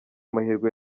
amahirwe